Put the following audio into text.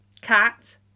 cat